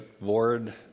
board